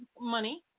money